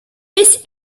this